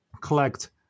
collect